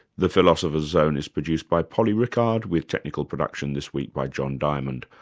the philosopher's zone is produced by polly rickard, with technical production this week by john diamond.